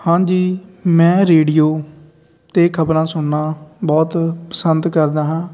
ਹਾਂਜੀ ਮੈਂ ਰੇਡੀਓ ਤੇ ਖਬਰਾਂ ਸੁਣਨਾ ਬਹੁਤ ਪਸੰਦ ਕਰਦਾ ਹਾਂ